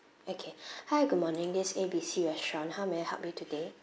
okay hi good morning this is A B C restaurant how may I help you today